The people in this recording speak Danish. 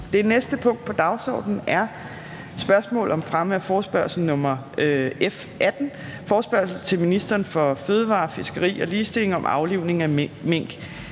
Det næste punkt på dagsordenen er: 2) Spørgsmål om fremme af forespørgsel nr. F 18: Forespørgsel til ministeren for fødevarer, fiskeri og ligestilling om aflivning af mink.